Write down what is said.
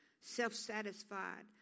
Self-satisfied